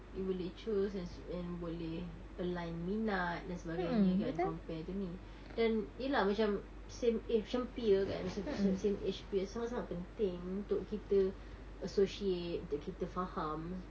you boleh choose and su~ and boleh align minat dan sebagainya kan compare to ni then ya lah macam same eh macam peer kan macam sa~ same age peer sangat sangat penting untuk kita associate untuk kita faham